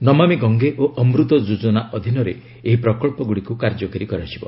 ନମାମି ଗଙ୍ଗେ ଓ ଅମୃତ ଯୋଜନା ଅଧୀନରେ ଏହି ପ୍ରକଳ୍ପଗୁଡ଼ିକୁ କାର୍ଯ୍ୟକାରି କରାଯିବ